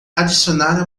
adicionar